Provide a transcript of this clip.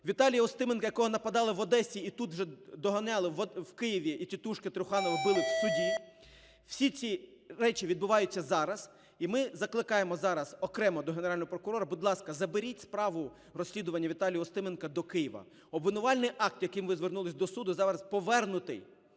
Віталія Устименка, на якого нападали в Одесі і тут уже доганяли в Києві, і "тітушки" Труханова били в суді. Всі ці речі відбуваються зараз. І ми закликаємо зараз окремо до Генерального прокурора: будь ласка, заберіть справу розслідування Віталія Устименка до Києва. Обвинувальний акти, яким ви звернулись до суду, зараз повернутий,